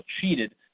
cheated